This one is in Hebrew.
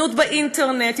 זנות באינטרנט,